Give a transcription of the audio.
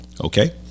Okay